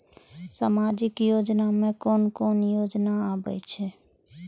सामाजिक योजना में कोन कोन योजना आबै छै?